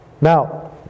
Now